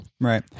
Right